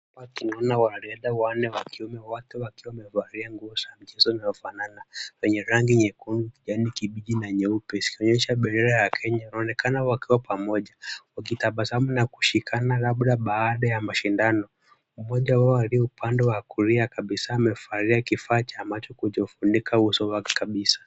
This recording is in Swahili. Hapa tunaona wariadha wanne wa kiume wote wakiwa wamevalia nguo ya mchezo inayofanana wenye rangi nyekundu, kijani kibichi na nyeupe zikionyesha bendera ya Kenya. Wanaonekana wakiwa pamoja, wakitabasamu na kushikana labda baada ya mashindano. Mmoja wao aliye upande wa kulia kabisa amevalia kifaa cha macho kujifunika uso wake kabisa.